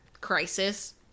crisis